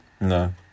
No